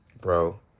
bro